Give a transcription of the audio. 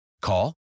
Call